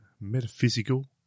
metaphysical